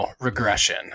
regression